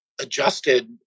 adjusted